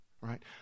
right